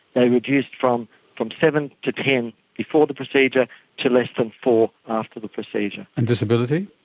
they reduced from from seven to ten before the procedure to less than four after the procedure. and disability?